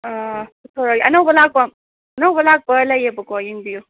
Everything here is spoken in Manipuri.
ꯍꯣꯏ ꯄꯨꯊꯣꯔꯛꯀꯦ ꯑꯅꯧꯕ ꯂꯥꯛꯄ ꯑꯅꯧꯕ ꯂꯥꯛꯄ ꯂꯩꯌꯦꯕꯀꯣ ꯌꯦꯡꯕꯤꯌꯨ